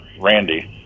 Randy